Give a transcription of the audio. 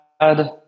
add